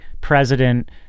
president